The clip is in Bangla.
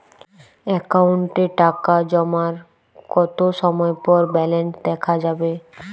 অ্যাকাউন্টে টাকা জমার কতো সময় পর ব্যালেন্স দেখা যাবে?